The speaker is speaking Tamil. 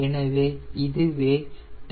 எனவே இதுவே டைல் பிளேனின் ஆய்வாகும்